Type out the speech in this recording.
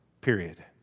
period